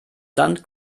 dann